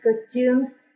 costumes